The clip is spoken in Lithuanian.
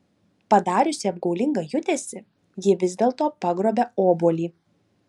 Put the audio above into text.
padariusi apgaulingą judesį ji vis dėlto pagrobia obuolį